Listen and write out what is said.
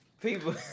People